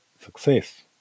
success